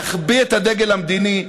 להחביא את הדגל המדיני,